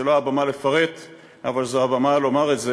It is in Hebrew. זו לא הבמה לפרט אבל זו הבמה לומר את זה